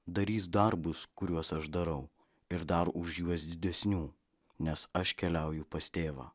darys darbus kuriuos aš darau ir dar už juos didesnių nes aš keliauju pas tėvą